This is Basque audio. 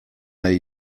nahi